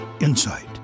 insight